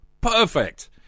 perfect